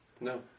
No